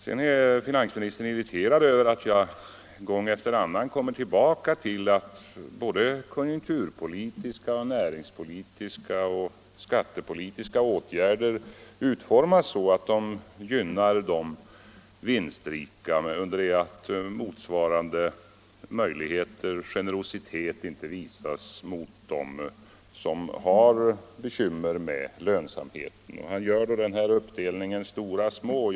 Sedan är finansministern irriterad över att jag gång på gång kommer tillbaka till att konjunkturpolitiska, näringspolitiska och skattepolitiska åtgärder utformas så att de gynnar de vinstrika under det att motsvarande generositet inte visas mot dem som har bekymmer med lönsamheten. Han gör då en uppdelning i stora och små företag.